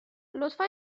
لطفا